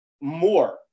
More